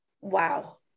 wow